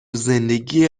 زندگی